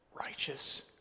righteous